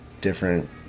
different